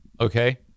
Okay